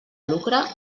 lucre